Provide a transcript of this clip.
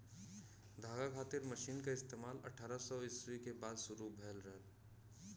धागा खातिर मशीन क इस्तेमाल अट्ठारह सौ ईस्वी के बाद शुरू भयल रहल